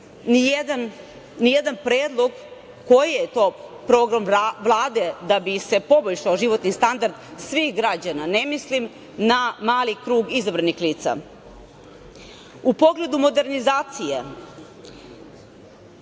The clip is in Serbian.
nijedan predlog koji je to program Vlade da bi se poboljšao životni standard svih građana. Ne mislim na mali krug izabranih lica.U pogledu modernizacije,